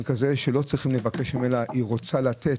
כזה שלא צריך לבקש ממנה אלא היא רוצה לתת,